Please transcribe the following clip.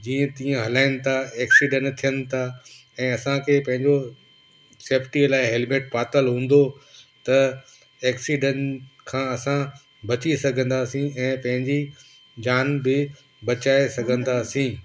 जीअं तीअं हलाइनि ता एक्सीडेन थियनि था ऐं असांखे पंहिंजो सेफ्टीअ लाए हैलमेट पातल हूंदो त एक्सीडेन खां असां बची सघंदासीं ऐं पंहिंजी जान बि बचाए सघंदासीं